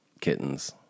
kittens